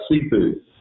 seafood